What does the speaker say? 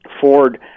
Ford